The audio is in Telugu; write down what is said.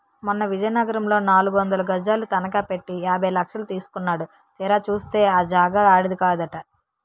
మొన్న విజయనగరంలో నాలుగొందలు గజాలు తనఖ పెట్టి యాభై లక్షలు తీసుకున్నాడు తీరా చూస్తే ఆ జాగా ఆడిది కాదట